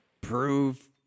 prove